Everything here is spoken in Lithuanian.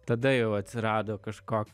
tada jau atsirado kažko